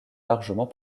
largement